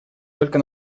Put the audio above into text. только